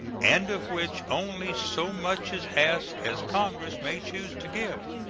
and of which only so much is asked as congress may choose to give.